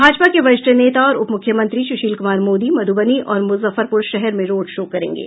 भाजपा के वरिष्ठ नेता और उपमुख्यमंत्री सुशील कुमार मोदी मधुबनी और मुजफ्फरपुर शहर में रोड शो करेंगे